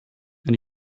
and